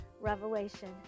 Revelation